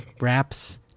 wraps